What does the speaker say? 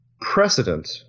precedent